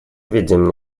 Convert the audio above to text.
видим